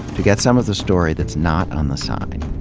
to get some of the story that's not on the sign,